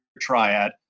triad